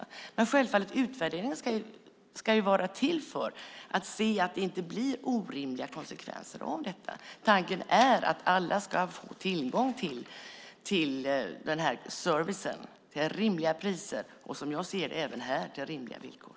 Självfallet ska utvärderingen vara till för att se att det inte blir orimliga konsekvenser av detta. Tanken är att alla ska få tillgång till denna service till rimliga priser, och som jag ser det även här, på rimliga villkor.